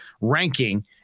ranking